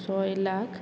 ছয় লাখ